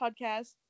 podcast